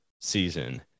season